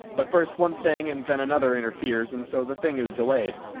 but first one thing and then another interferes, and so the thing is delayed.